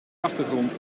achtergrond